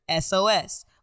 SOS